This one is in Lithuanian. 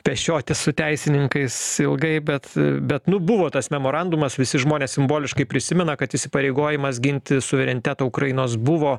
pešiotis su teisininkais ilgai bet bet nu buvo tas memorandumas visi žmonės simboliškai prisimena kad įsipareigojimas ginti suverenitetą ukrainos buvo